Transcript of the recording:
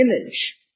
image